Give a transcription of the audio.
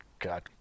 God